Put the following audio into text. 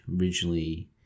originally